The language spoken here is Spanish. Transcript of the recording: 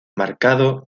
marcado